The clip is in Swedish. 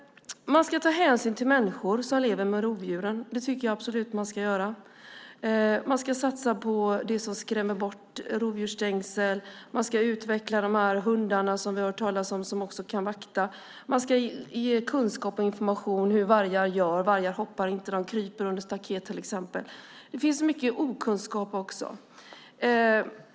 Man ska ta hänsyn till de människor som lever med rovdjuren; det tycker jag absolut att man ska göra. Man ska satsa på det som skrämmer bort djuren. Man ska ha rovdjursstängsel, utveckla de hundar vi hört talas om som kan vakta, ge kunskap och information om hur vargar gör - till exempel hoppar inte vargar, de kryper under staket. Det finns mycket okunskap.